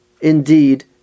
indeed